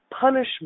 punishment